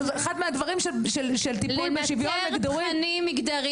אחד מהדברים של טיפול בשוויון מגדרי